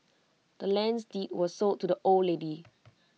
the land's deed was sold to the old lady